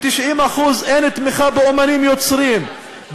ב-90% מהם אין תמיכה באמנים יוצרים,